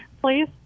please